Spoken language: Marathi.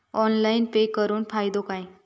ऑनलाइन पे करुन फायदो काय?